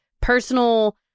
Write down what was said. personal